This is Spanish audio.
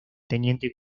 teniente